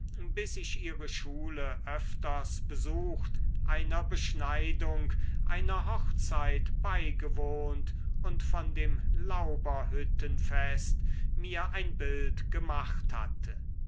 bis ich ihre schule öfters besucht einer beschneidung einer hochzeit beigewohnt und von dem lauberhüttenfest mir ein bild gemacht hatte